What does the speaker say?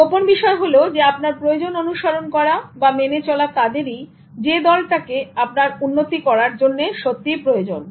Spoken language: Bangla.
গোপন বিষয় হোল যে আপনার প্রয়োজন অনুসরণ করা বা মেনে চলা তাদেরই যে দলটাকে আপনার উন্নতি করার জন্য সত্যিই প্রয়োজন